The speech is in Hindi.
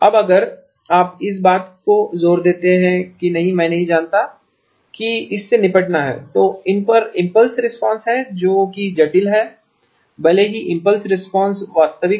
अब अगर आप इस बात पर जोर देते हैं कि नहीं मैं नहीं चाहता कि इससे निपटना है तो इन पर इम्पल्स रिस्पांसेस हैं जो कि जटिल हैं भले ही मूल इम्पल्स रिस्पांस वास्तविक हो